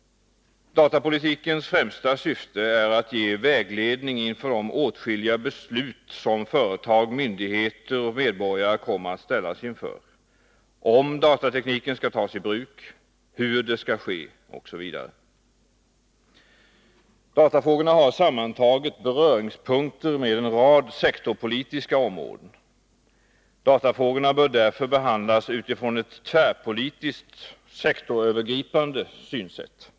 Datapolitikens främsta syfte är att ge vägledning inför de åtskilliga beslut som företag, myndigheter och medborgare kommer att ställas inför: om datatekniken skall tas i bruk, hur det skall ske osv. Datafrågorna har sammantaget beröringspunkter med en rad sektorpolitiska områden. Datafrågorna bör därför behandlas utifrån ett tvärpolitiskt sektorsövergripande synsätt.